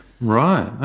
Right